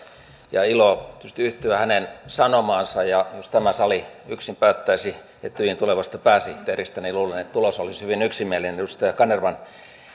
ja ilo tietysti yhtyä hänen sanomaansa jos tämä sali yksin päättäisi etyjin tulevasta pääsihteeristä niin luulen että tulos olisi hyvin yksimielinen edustaja kanervan